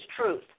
truth